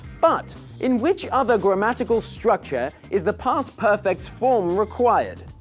but in which other grammatical structure is the past perfect's form required?